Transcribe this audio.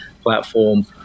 platform